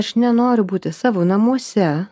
aš nenoriu būti savo namuose